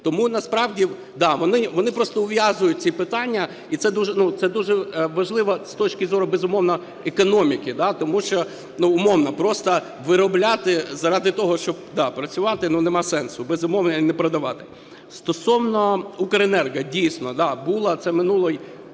Тому насправді… Да, вони просто ув'язують ці питання, і це дуже важливо з точки зору, безумовно, економіки. Тому що, ну, умовно, просто виробляти заради того, щоб, да, працювати, ну, нема сенсу. Безумовно, і не продавати. Стосовно "Укренерго". Дійсно, да, було, це минулий